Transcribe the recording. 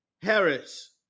Harris